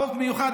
חוק מיוחד,